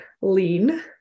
lean